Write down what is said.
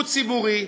הוא ציבורי,